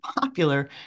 popular